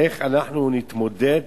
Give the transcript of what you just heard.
איך אנחנו נתמודד